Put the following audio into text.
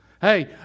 Hey